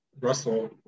russell